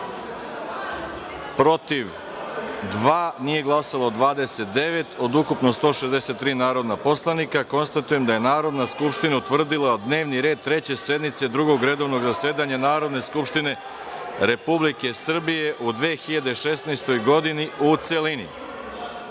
protiv – dva, nije glasalo 29 od ukupno 163 narodna poslanika. Konstatujem da je Narodna skupština utvrdila dnevni red Treće sednice Drugog redovnog zasedanja Narodne skupštine Republike Srbije u 2016. godini u celini. Povreda